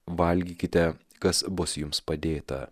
valgykite kas bus jums padėta